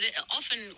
often